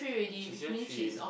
she's year three